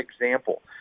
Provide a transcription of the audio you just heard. example